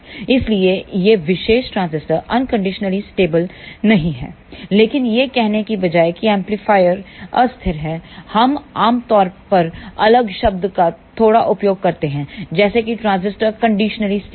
इसलिए यह विशेष ट्रांजिस्टर अनकंडीशनली स्टेबल नहीं है लेकिन यह कहने के बजाय कि एम्पलीफायर अस्थिर है हम आम तौर पर अलग शब्द का थोड़ा उपयोग करते हैं जैसे की ट्रांजिस्टर कंडीशनली स्टेबल हैं